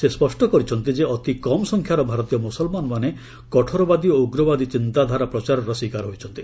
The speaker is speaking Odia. ସେ ସ୍ୱଷ୍ଟ କରିଛନ୍ତି ଯେ ଅତି କମ୍ସଂଖ୍ୟାର ଭାରତୀୟ ମୁସଲ୍ମାନମାନେ କଠୋରବାଦୀ ଓ ଉଗ୍ରବାଦୀ ଚିନ୍ତାଧାରା ପ୍ରଚାରର ଶିକାର ହୋଇଛନ୍ତି